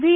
V